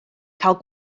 cael